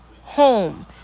home